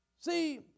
See